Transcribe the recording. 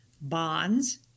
bonds